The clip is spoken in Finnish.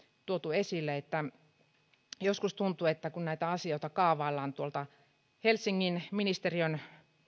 tuotu esille joskus tuntuu että kun näitä asioita kaavaillaan tuolta helsingin ministeriön